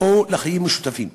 או לחיים משותפים.